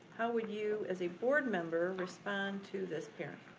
how would you, as a board member, respond to this parent?